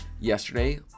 yesterday